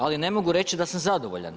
Ali ne mogu reći da sam zadovoljan.